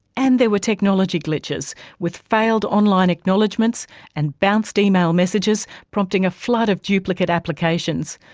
and there were technology glitches with failed online acknowledgements and bounced email messages prompting a flood of duplicate applications.